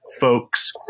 folks